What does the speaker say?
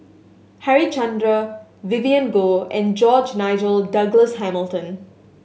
Harichandra Vivien Goh and George Nigel Douglas Hamilton